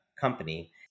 company